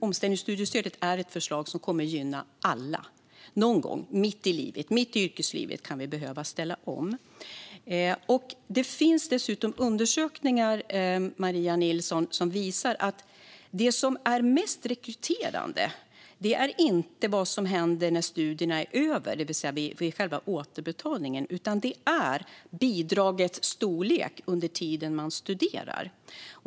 Omställningsstudiestödet är ändå ett förslag som kommer att gynna alla - någon gång. Mitt i yrkeslivet kan vi behöva ställa om. Det finns dessutom undersökningar, Maria Nilsson, som visar att det mest rekryterande inte är vad som händer när studierna är över, det vill säga vid själva återbetalningen, utan bidragets storlek under tiden man studerar.